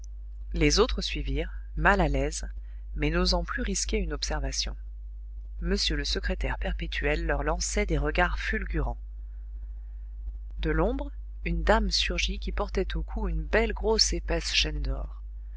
les autres suivirent mal à l'aise mais n'osant plus risquer une observation m le secrétaire perpétuel leur lançait des regards fulgurants de l'ombre une dame surgit qui portait au cou une belle grosse épaisse chaîne d'or